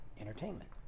entertainment